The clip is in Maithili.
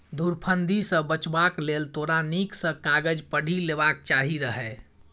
धुरफंदी सँ बचबाक लेल तोरा नीक सँ कागज पढ़ि लेबाक चाही रहय